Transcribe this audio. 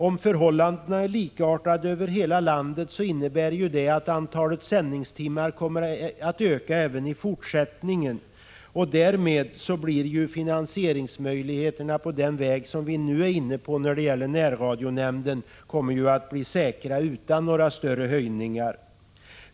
Om förhållandena är likartade över hela landet innebär det att antalet sändningstimmar kommer att öka även i fortsättningen, och därmed blir finansieringsmöjligheterna på den väg vi nu har beträtt när det gäller närradion säkra utan några större avgiftshöjningar.